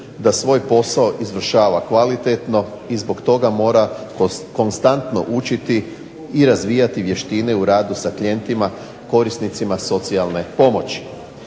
da svoj posao izvršava kvalitetno i zbog toga mora konstantno učiti i razvijati vještine u radu sa klijentima korisnicima socijalne pomoći.